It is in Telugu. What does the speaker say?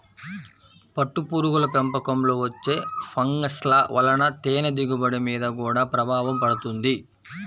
పట్టుపురుగుల పెంపకంలో వచ్చే ఫంగస్ల వలన తేనె దిగుబడి మీద గూడా ప్రభావం పడుతుంది